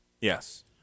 Yes